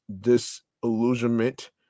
disillusionment